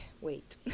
wait